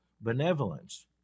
benevolence